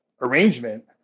arrangement